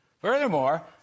Furthermore